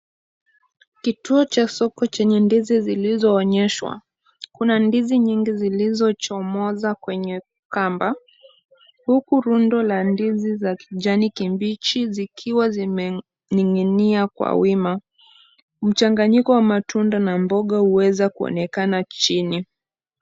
Kituo cha soko chenye ndizi zilizoonyeshwa, kuna ndizi nyingi zilizochomoza kwenye kamba huku rundo la ndizi ya kijani kibichi, zikiwa zimening'inia kwa wima. Mchanganyiko wa matunda na mboga yaweza kuonekana chini.